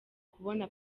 kubona